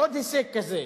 עוד הישג כזה.